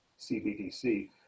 CBDC